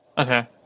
Okay